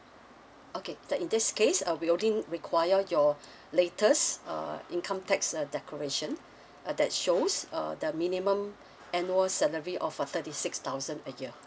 okay then in this case uh we only require your latest uh income tax uh declaration uh that shows uh the minimum annual salary of a thirty six thousand a year